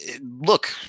look